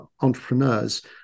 entrepreneurs